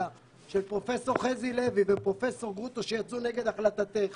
שהיה של פרופ' חזי לוי ופרופ' גרוטו שיצאו נגד החלטתך